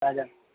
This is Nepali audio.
हजुर